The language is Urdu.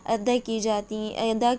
ادا کی جاتی ہیں ادا